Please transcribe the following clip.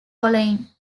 boleyn